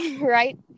right